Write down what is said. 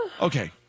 okay